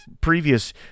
previous